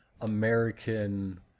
American